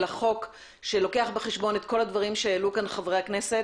אלא חוק שלוקח בחשבון את כל הדברים שהעלו כאן חברי הכנסת.